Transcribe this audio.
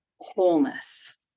wholeness